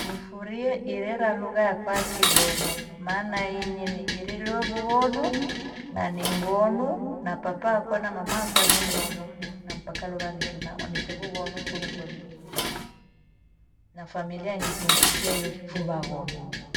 Nifurie irera lugha yakwa ya kighonu. Maana inyi nighirirwe vughonu na ni mghonu na papa akwa na mama wakwa ni mghonu, na mpaka leo vanike na wanike vughomu. Kunu kweru ni vughonu na familia njithungukie yoshe fuvaghonu.